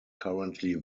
currently